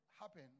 happen